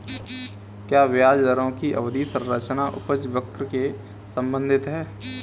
क्या ब्याज दरों की अवधि संरचना उपज वक्र से संबंधित है?